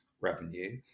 revenue